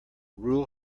rule